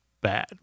bad